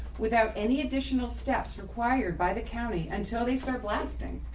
without any additional steps required by the county until they start blasting.